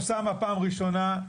אוסאמה, פעם ראשונה.